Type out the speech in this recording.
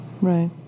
right